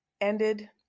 ended